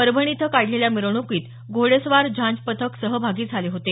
परभणी इथं काढलेल्या मिरवण्कीत घोडेस्वार झांज पथक सहभागी झाले होते